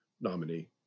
nominee